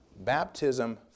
baptism